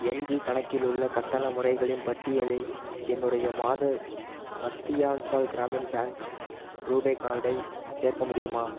என் ஜீ கணக்கில் உள்ள கட்டண முறைகளின் பட்டியலில் என்னுடைய மாத மத்தியான்ச்சல் கிராமின் பேங்க் ரூபே கார்டை சேர்க்க முடியுமா